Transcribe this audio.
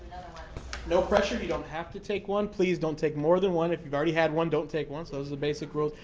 no pressure. you don't have to take one. please don't take more than one. if you've already had one, don't take one. so those are the basic rules.